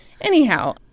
Anyhow